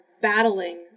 battling